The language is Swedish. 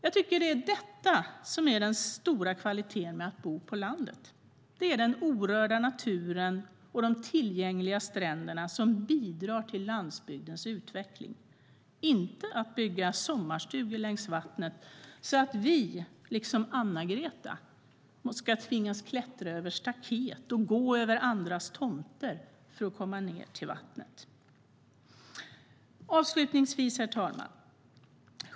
Det är detta som är den stora kvaliteten med att bo på landet. Det är den orörda naturen och de tillgängliga stränderna som bidrar till landsbygdens utveckling - inte att bygga sommarstugor längs vattnet så att vi, liksom Anna-Greta, ska tvingas klättra över staket och gå över andras tomter för att komma ned till vattnet. Herr talman!